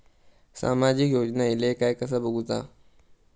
सामाजिक योजना इले काय कसा बघुचा?